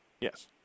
Yes